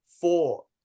four